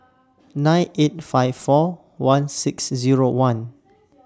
nine eight five four one six Zero one